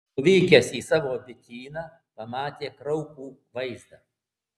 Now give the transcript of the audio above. nuvykęs į savo bityną pamatė kraupų vaizdą